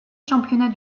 championnat